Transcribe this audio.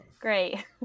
Great